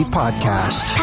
podcast